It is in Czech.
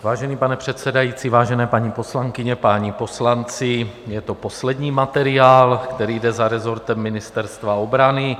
Vážený pane předsedající, vážené paní poslankyně, vážení páni poslanci, je to poslední materiál, který jde za resortem Ministerstva obrany.